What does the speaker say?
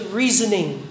reasoning